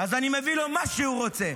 אז אני מביא לו מה שהוא רוצה.